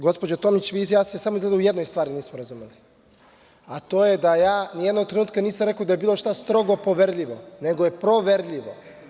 Gospođo Tomić, vi i ja se izgleda samo u jednoj stvari nismo razumeli, a to je da ja ni jednog trenutka nisam rekao da je bilo šta strogo poverljivo, nego je proverljivo.